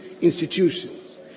institutions